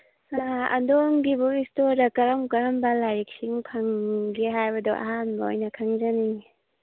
ꯑ ꯑꯗꯣꯝꯒꯤ ꯕꯨꯛ ꯏꯁꯇꯣꯔꯗ ꯀꯔꯝ ꯀꯔꯝꯕ ꯂꯥꯏꯔꯤꯛꯁꯤꯡ ꯐꯪꯒꯦ ꯍꯥꯏꯕꯗꯣ ꯑꯍꯥꯟꯕ ꯑꯣꯏꯅ ꯈꯪꯖꯅꯤꯡꯏ